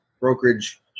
brokerage